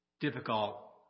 Difficult